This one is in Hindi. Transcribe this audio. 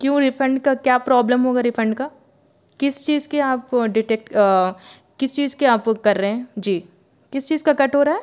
क्यों रिफंड का क्या प्रौब्लम होगा रिफंड का किस चीज़ कि आपको डिटेक्ट किस चीज़ का आप बुक कर रहे हैं जी किस चीज़ का कट हो रहा है